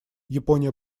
япония